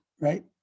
right